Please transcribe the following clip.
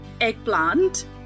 eggplant